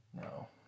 No